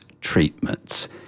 treatments